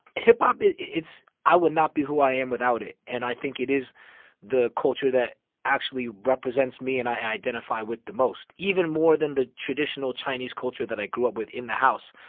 hip-hop, it's i would not be who i am without it. and i think it is the culture that actually represents me and i identify with the most, even more than the traditional chinese culture that i grew up with in the house.